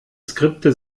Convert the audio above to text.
skripte